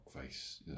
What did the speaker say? face